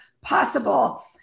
possible